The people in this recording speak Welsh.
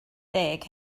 deg